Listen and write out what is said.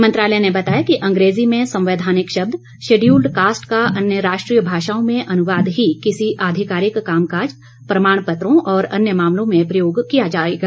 मंत्रालय ने बताया कि अंग्रेजी में संवैधानिक शब्द शिंड्यूल्ड कास्ट का अन्य राष्ट्रीय भाषाओं में अनुवाद ही किसी आधिकारिक कामकाज प्रमाण पत्रों और अन्य मामलों में प्रयोग किया जायेगा